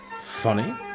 Funny